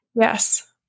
Yes